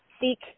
seek